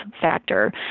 factor